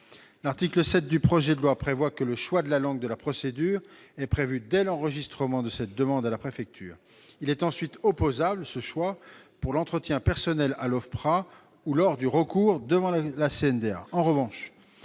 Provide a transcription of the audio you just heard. L'article 7 du projet de loi dispose que le choix de la langue de la procédure est prévu dès l'enregistrement de la demande d'asile à la préfecture. Il est ensuite opposable pour l'entretien personnel à l'OFPRA et lors du recours devant la Cour